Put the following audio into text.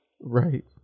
Right